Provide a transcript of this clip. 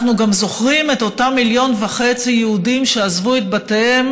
אנחנו גם זוכרים את אותם מיליון וחצי יהודים שעזבו את בתיהם